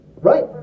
Right